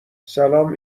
سلام